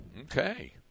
Okay